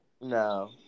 No